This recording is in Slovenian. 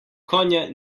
konja